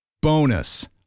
Bonus